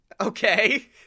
Okay